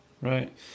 Right